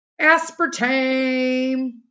Aspartame